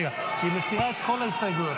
רגע, היא מסירה את כל ההסתייגויות.